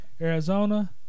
Arizona